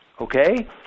okay